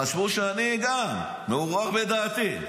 חשבו שאני גם מעורער בדעתי.